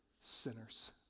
sinners